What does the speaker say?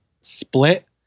split